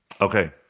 Okay